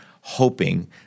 hoping